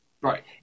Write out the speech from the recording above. Right